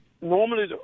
Normally